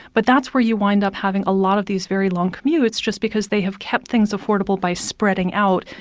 but that's where you wind up having a lot of these very long commutes just because they have kept things affordable by spreading out.